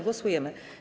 Głosujemy.